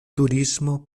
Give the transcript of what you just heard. turismo